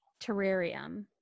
terrarium